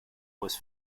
was